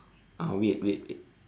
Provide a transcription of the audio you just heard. ah weird weird